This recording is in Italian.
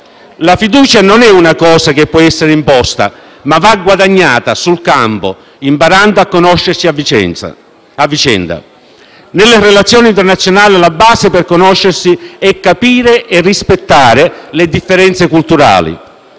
La fiducia non è una cosa che può essere imposta, ma va guadagnata sul campo imparando a conoscersi a vicenda. Nelle relazioni internazionali la base per conoscersi è capire e rispettare le differenze culturali.